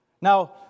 Now